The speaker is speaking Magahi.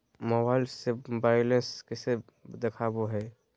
मोबाइल से बायलेंस कैसे देखाबो है?